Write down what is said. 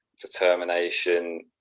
determination